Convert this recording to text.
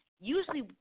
usually